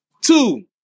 Two